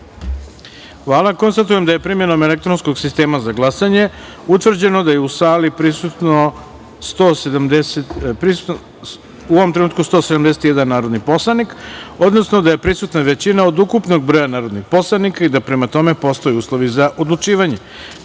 jedinice. Konstatujem da je primenom elektronskog sistema za glasanje utvrđeno da je u sali prisutno u ovom trenutku 171 narodni poslanik, odnosno da je prisutna većina od ukupnog broja narodnih poslanika i da postoje uslovi za odlučivanje. Prelazimo